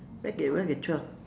where get where get twelve